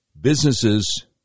businesses